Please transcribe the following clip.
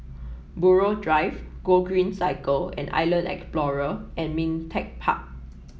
Buroh Drive Gogreen Cycle and Island Explorer and Ming Teck Park